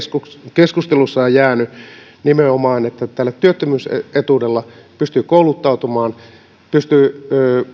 keskustelussa on jäänyt nimenomaan että tällä työttömyysetuudella pystyy kouluttautumaan pystyy